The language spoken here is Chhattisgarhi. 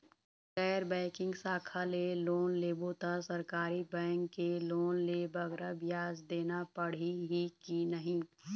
गैर बैंकिंग शाखा ले लोन लेबो ता सरकारी बैंक के लोन ले बगरा ब्याज देना पड़ही ही कि नहीं?